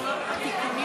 אדוני היושב-ראש כמו שוק.